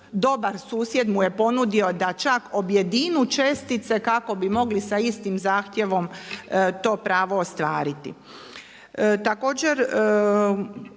dobar susjed mu je ponudio da čak objedine čestice kako bi mogli sa istim zahtjevom to pravo ostvariti.